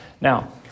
Now